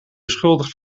beschuldigd